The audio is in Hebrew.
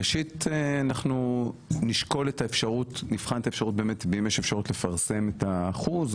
ראשית נבחן את האפשרות אם יש אפשרות לפרסם את האחוז,